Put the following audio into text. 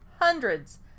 hundreds